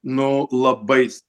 nuo labais